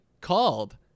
called